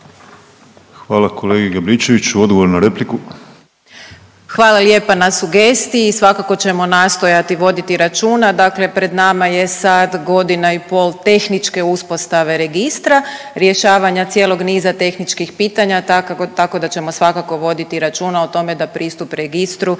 Hvala kolegi Grabičeviću. Odgovor na repliku. **Rogić Lugarić, Tereza** Hvala lijepa na sugestiji. Svakako ćemo nastojati voditi računa, dakle pred nama je sad godina i pol tehničke uspostave registra, rješavanja cijelog niza tehničkih pitanja tako da ćemo svakako voditi računa o tome da pristup registru